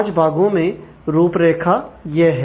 पांच भागों में रूपरेखा यह है